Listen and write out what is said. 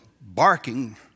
barking